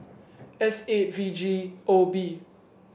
S eight V G O B